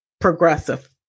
progressive